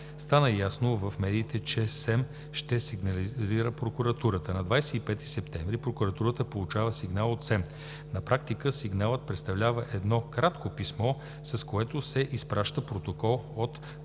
Стана ясно в медиите, че СЕМ ще сигнализира прокуратурата. На 25 септември прокуратурата получава сигнал от СЕМ. На практика сигналът представлява едно кратко писмо, с което се изпраща протокол от проведеното